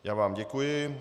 Já vám děkuji.